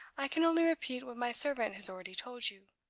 i can only repeat what my servant has already told you.